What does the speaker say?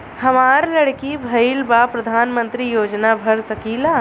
हमार लड़की भईल बा प्रधानमंत्री योजना भर सकीला?